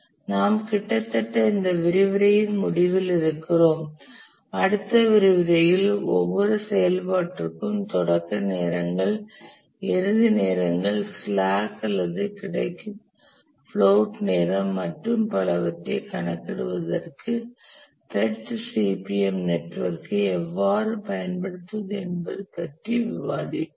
நாம் கிட்டத்தட்ட இந்த விரிவுரையின் முடிவில் இருக்கிறோம் அடுத்த விரிவுரையில் ஒவ்வொரு செயல்பாட்டிற்கும் தொடக்க நேரங்கள் இறுதி நேரங்கள் ஸ்லாக் அல்லது கிடைக்கும் பிளோட் நேரம் மற்றும் பலவற்றைக் கணக்கிடுவதற்கு PERT CPM நெட்வொர்க்கை எவ்வாறு பயன்படுத்துவது என்பது பற்றி விவாதிப்போம்